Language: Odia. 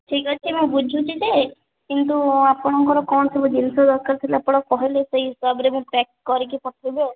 ଠିକ୍ ଅଛି ମୁଁ ବୁଝୁଛି ଯେ କିନ୍ତୁ ଆପଣଙ୍କର କ'ଣ ସବୁ ଜିନଷ ଦରକାର ଥିଲା ଆପଣ କହିଲେ ସେହି ହିସାବରେ ମୁଁ ପ୍ୟାକ୍ କରିକି ପଠାଇବି ଆଉ